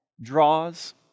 draws